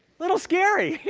little scary.